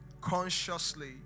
consciously